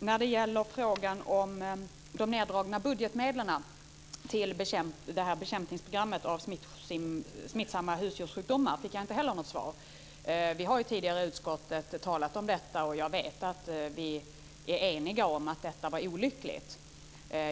fick inte heller något svar på frågan om de neddragna budgetmedlen för bekämpningsprogrammet mot smittsamma husdjurssjukdomar. Vi har tidigare i utskottet talat om detta. Jag vet att vi är eniga om att det var olyckligt.